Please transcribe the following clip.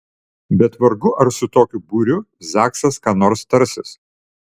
bet vargu ar su tokiu būriu zaksas ką nors tarsis